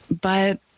But-